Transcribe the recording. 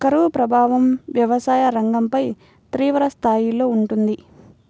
కరువు ప్రభావం వ్యవసాయ రంగంపై తీవ్రస్థాయిలో ఉంటుంది